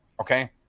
okay